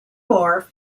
more